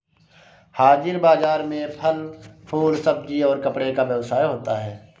हाजिर बाजार में फल फूल सब्जी और कपड़े का व्यवसाय होता है